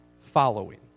following